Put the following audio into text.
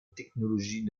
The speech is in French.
technologie